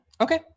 Okay